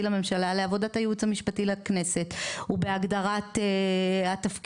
לממשלה לעבודת הייעוץ המשפטי לכנסת ובהגדרת התפקידים,